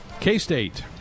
K-State